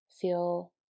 feel